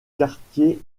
quartier